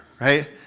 Right